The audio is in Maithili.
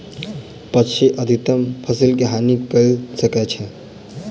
पक्षी अधिकतम फसिल के हानि कय सकै छै